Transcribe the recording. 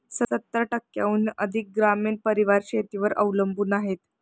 सत्तर टक्क्यांहून अधिक ग्रामीण परिवार शेतीवर अवलंबून आहेत